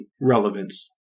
relevance